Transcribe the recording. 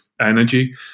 energy